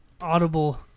Audible